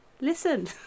listen